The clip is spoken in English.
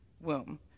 womb